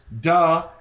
duh